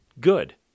Good